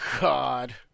God